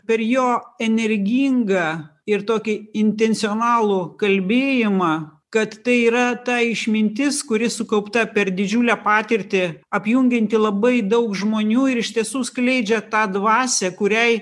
per jo energingą ir tokį intencionalų kalbėjimą kad tai yra ta išmintis kuri sukaupta per didžiulę patirtį apjungianti labai daug žmonių ir iš tiesų skleidžia tą dvasią kuriai